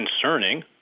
concerning